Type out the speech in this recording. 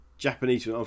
Japanese